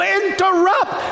interrupt